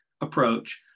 approach